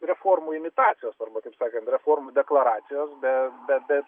reformų imitacijos arba kaip sakant reformų deklaracijos be be be